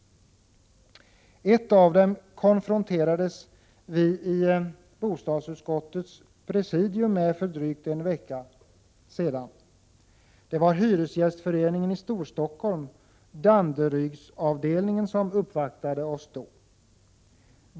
Ett av dem konfronterades vi med i bostadsutskottets presidium för drygt en vecka sedan. Det var hyresgästföreningen i Storstockholm, Danderydsavdelningen, som uppvaktade oss.